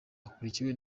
akurikiwe